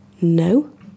no